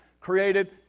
created